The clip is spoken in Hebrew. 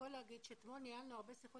הפרוטוקול להגיד שאתמול ניהלנו הרבה שיחות